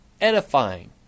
edifying